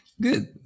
Good